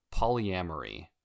polyamory